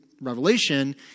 Revelation